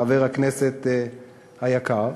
חבר הכנסת היקר,